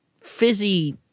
fizzy